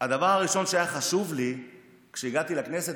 הדבר הראשון שהיה חשוב לי כשהגעתי לכנסת,